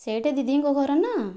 ସେଇଠି ଦିଦିଙ୍କ ଘର ନା